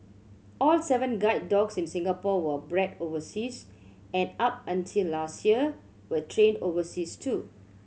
all seven guide dogs in Singapore were bred overseas and up until last year were trained overseas too